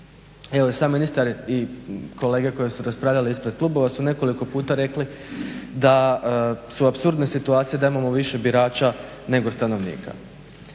Evo i sam ministar i kolege koji su raspravljali ispred klubova su nekoliko puta rekli da su apsurdne situacije da imamo više birača nego stanovnika.